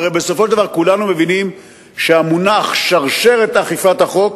הרי בסופו של דבר כולנו מבינים שהמונח "שרשרת אכיפת החוק"